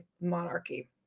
monarchy